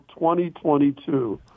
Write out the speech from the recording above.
2022